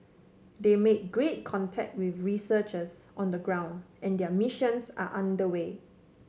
they made great contact with researchers on the ground and their missions are under way